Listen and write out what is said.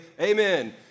amen